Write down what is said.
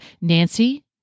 Nancy